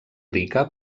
rica